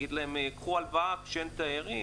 תגיד להם: קחו הלוואה כשאין תיירים?